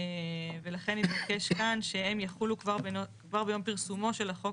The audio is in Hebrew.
ולכן התבקש כאן שהם יחולו כבר ביום פרסומו של החוק,